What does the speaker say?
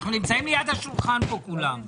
אנחנו נמצאים ליד השולחן פה כולם.